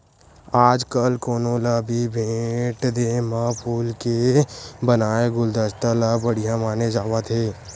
आजकाल कोनो ल भी भेट देय म फूल के बनाए गुलदस्ता ल बड़िहा माने जावत हे